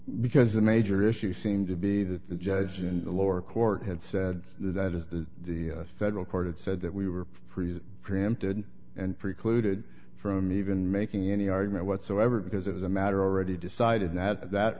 because a major issue seemed to be that the judge in the lower court had said that is the the federal court it said that we were present preempted and precluded from even making any argument whatsoever because it was a matter already decided that that